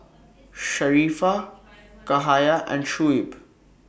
Sharifah Cahaya and Shuib